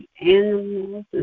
animals